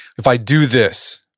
if i do this,